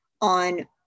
on